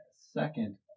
second